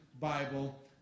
Bible